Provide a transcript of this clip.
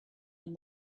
and